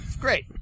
Great